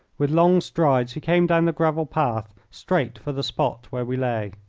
with long strides he came down the gravel path straight for the spot where we lay.